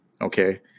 okay